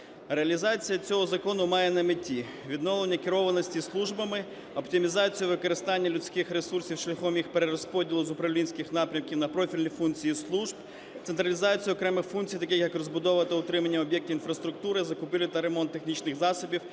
Реалізація цього закону має на меті: відновлення керованості службами; оптимізацію використання людських ресурсів шляхом їх перерозподілу з управлінських напрямків на профільні функції служб; централізацію окремих функцій, таких як розбудова та утримання об’єктів інфраструктури, закупівля та ремонт технічних засобів,